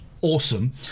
awesome